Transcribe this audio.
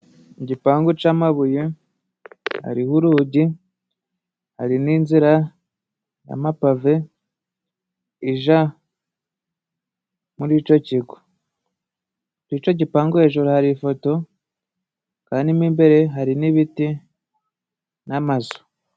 Igipangu c'amabuye hariho urugi, hari n'inzira y' amapave ija muri ico kigo. Kuri ico gipangu, hejuru hari ifoto kandi mo imbere hari n'ibiti n'amazu.